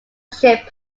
shape